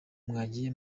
mwagiye